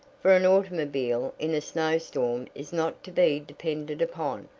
for an automobile in a snowstorm is not to be depended upon,